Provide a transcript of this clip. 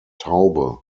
taube